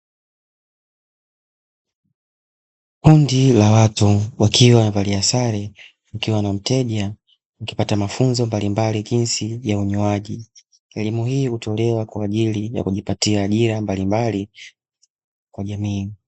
Kundi la watu wakiwa wamevalia sare wakiwa na mteja wakipata mafunzo mbalimbali jinsi ya unyoaji. Elimu hii hutolewa kwa ajili ya kujipatia ajira mbalimbali kwa jamii.